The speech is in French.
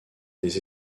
des